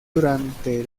durante